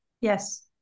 Yes